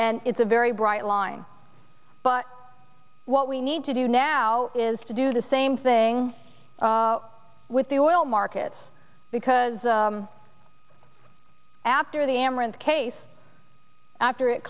and it's a very bright line but what we need to do now is to do the same thing with the oil markets because after the amaranth case after it